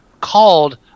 called